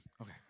Okay